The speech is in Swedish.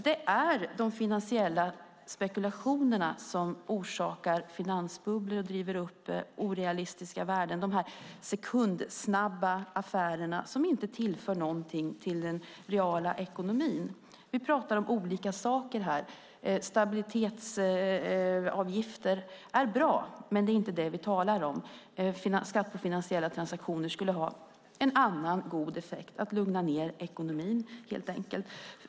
Det är de finansiella spekulationerna som orsakar finansbubblor och driver upp orealistiska värden. Det handlar om de sekundsnabba affärer som inte tillför någonting till den reala ekonomin. Vi pratar om olika saker här - stabilitetsavgifter är bra, men det är inte det vi talar om. Skatt på finansiella transaktioner skulle ha en annan god effekt, nämligen att helt enkelt lugna ned ekonomin.